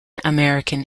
american